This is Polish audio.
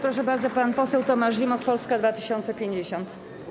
Proszę bardzo, pan poseł Tomasz Zimoch, Polska 2050.